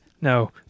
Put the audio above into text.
No